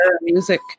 music